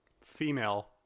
female